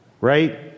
right